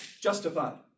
justified